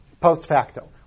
post-facto